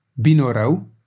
binorau